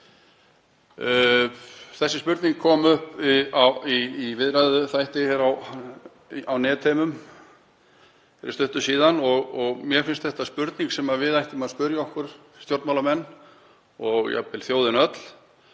Þessi spurning kom upp í viðræðuþætti í netheimum fyrir stuttu síðan og mér finnst þetta vera spurning sem við ættum að spyrja okkur, stjórnmálamenn, og jafnvel þjóðin öll,